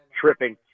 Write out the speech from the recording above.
tripping